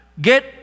get